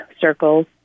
circles